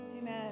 Amen